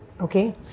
Okay